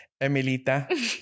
Emilita